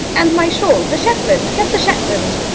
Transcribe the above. and my shawl. the shetland. get the shetland.